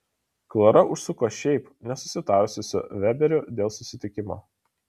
klara užsuko šiaip nesusitarusi su veberiu dėl susitikimo